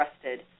trusted